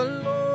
Lord